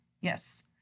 Yes